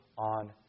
on